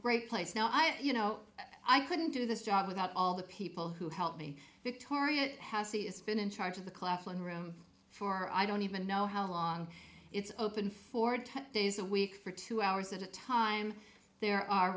great place now i you know i couldn't do this job without all the people who helped me victoria it has the it's been in charge of the claflin room for i don't even know how long it's open for ten days a week for two hours at a time there are